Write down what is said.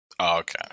okay